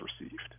received